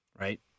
right